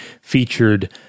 featured